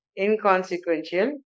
inconsequential